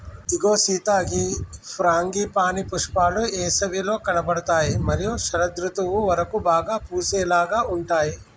ఇగో సీత గీ ఫ్రాంగిపానీ పుష్పాలు ఏసవిలో కనబడుతాయి మరియు శరదృతువు వరకు బాగా పూసేలాగా ఉంటాయి